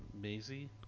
Maisie